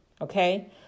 Okay